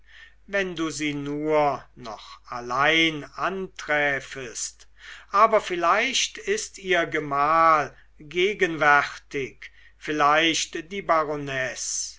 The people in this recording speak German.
wenn du sie nur noch allein anträfest aber vielleicht ist ihr gemahl gegenwärtig vielleicht die